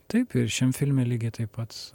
taip ir šiam filme lygiai taip pat